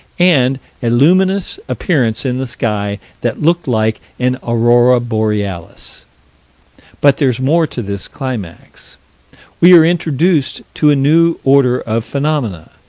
and a luminous appearance in the sky that looked like an aurora borealis but there's more to this climax we are introduced to a new order of phenomena